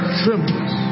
trembles